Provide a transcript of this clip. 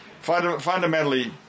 Fundamentally